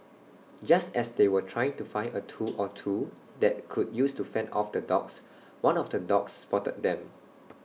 just as they were trying to find A tool or two that could use to fend off the dogs one of the dogs spotted them